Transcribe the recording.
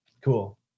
Cool